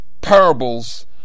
parables